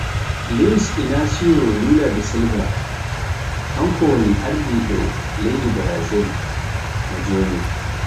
Liuz Inacio Lula de Silver kanko woni ardiɗo leydi Brazil mo joni.